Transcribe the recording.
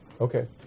Okay